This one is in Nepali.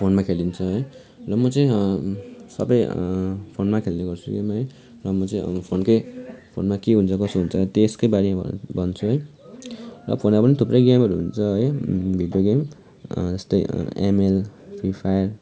फोनमा खेलिन्छ है म चाहिँ सबै फोनमा खेल्ने गर्छु है र म चाहिँ फोनकै फोनमा के हुन्छ कसो हुन्छ त्यसकै बारेमा भन्छु है र फोनमा पनि थुप्रै गेमहरू हुन्छ है भिडियो गेम यस्तै एम एल फ्रि फायर